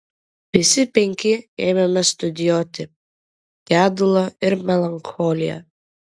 visi penki ėmėme studijuoti gedulą ir melancholiją